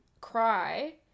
cry